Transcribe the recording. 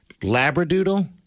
Labradoodle